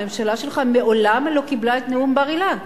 הממשלה שלך מעולם לא קיבלה את נאום בר-אילן,